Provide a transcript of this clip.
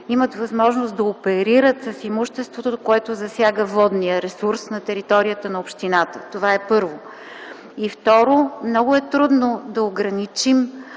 имат възможност да оперират с имуществото, което засяга водния ресурс на територията на общината. Това, първо. Второ, много е трудно да ограничим